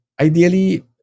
ideally